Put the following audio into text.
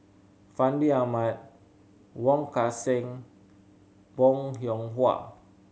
Fandi Ahmad Wong Kan Seng Bong Hiong Hwa